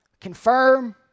confirm